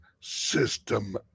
system